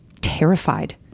terrified